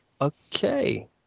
Okay